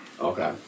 Okay